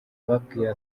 ababwira